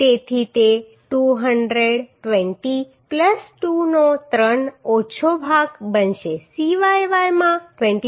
તેથી તે 220 2 નો ત્રણ ચોથો ભાગ બનશે Cyy માં 24